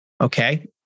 Okay